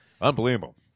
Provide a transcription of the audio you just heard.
Unbelievable